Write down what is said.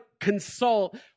consult